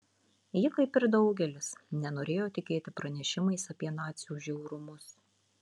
ji kaip ir daugelis nenorėjo tikėti pranešimais apie nacių žiaurumus